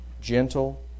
gentle